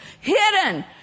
hidden